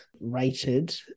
rated